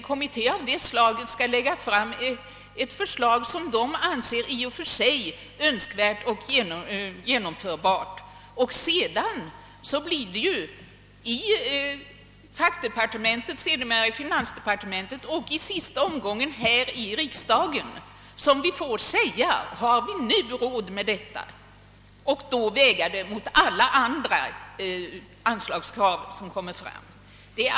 Kommittén skall framlägga förslag som den anser vara önskvärda och genomförbara i och för sig, och sedan får fackdepartementet, finansdepartementet och slutligen riksdagen säga om vi har råd med åtgärderna eller inte och då väga förslagen mot alla andra anslagskrav som framkommer.